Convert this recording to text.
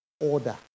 order